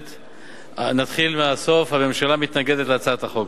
נתחיל מהסוף: הממשלה מתנגדת להצעת החוק.